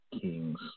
Kings